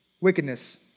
wickedness